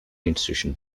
institution